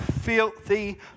Filthy